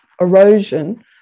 erosion